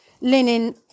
linen